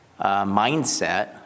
mindset